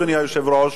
אדוני היושב-ראש,